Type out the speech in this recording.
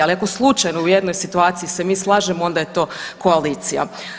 Ali ako slučajno u jednoj situaciji se mi slažemo onda je to koalicija.